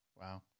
Wow